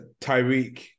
Tyreek